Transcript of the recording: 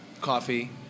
coffee